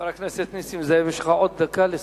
חבר הכנסת נסים זאב, יש לך עוד דקה לסיים.